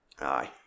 aye